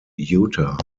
utah